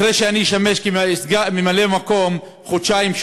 אחרי שאני אשמש ממלא-מקום חודשיים-שלושה